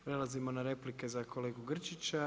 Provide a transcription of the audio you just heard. Prelazimo na replike za kolegu Grčića.